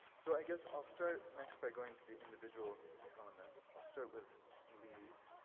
so i guess i'll start next by going to the individual elements, i'll start with leigh's.